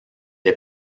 est